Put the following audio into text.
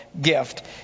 gift